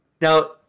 now